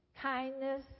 kindness